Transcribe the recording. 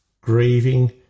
grieving